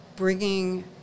Bringing